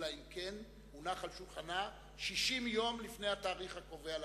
אלא אם כן הוא מונח על שולחנה 60 יום לפני התאריך הקובע להצבעתה.